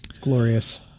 glorious